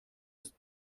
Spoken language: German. ist